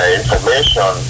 information